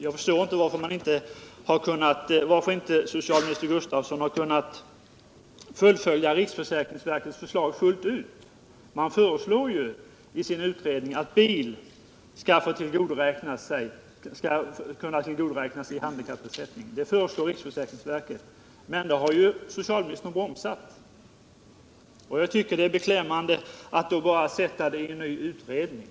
Jag förstår inte varför socialminister Gustavsson inte kunnat följa riksförsäkringsverkets förslag fullt ut beträffande handikappersättningen. Riksförsäkringsverket föreslog i sin utredning att bil skall kunna tillgodoräknas i handikappersättningen. På den punkten har socialministern bromsat. Jag tycker att det är beklämmande att denna fråga bara förs över till en ny utredning.